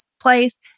place